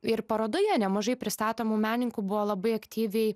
ir parodoje nemažai pristatomų meninkų buvo labai aktyviai